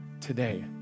today